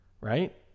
right